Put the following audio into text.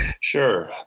Sure